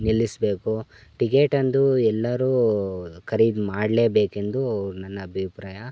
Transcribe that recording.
ನಿಲ್ಲಿಸಬೇಕು ಟಿಕೆಟಂದು ಎಲ್ಲರು ಖರೀದಿ ಮಾಡಲೇಬೇಕೆಂದು ನನ್ನ ಅಭಿಪ್ರಾಯ